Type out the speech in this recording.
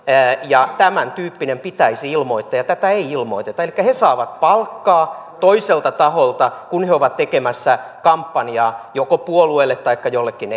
ja vaikka tämäntyyppinen pitäisi ilmoittaa tätä ei ilmoiteta elikkä he saavat palkkaa toiselta taholta kun he ovat tekemässä kampanjaa joko puolueelle taikka jollekin